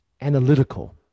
analytical